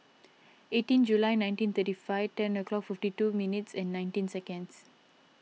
eighteen July nineteen thirty five ten o'clock fifty two minutes and nineteen seconds